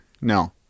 No